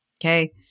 Okay